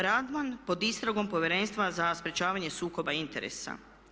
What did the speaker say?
Radman pod istragom Povjerenstva za sprječavanje sukoba interesa.